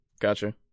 gotcha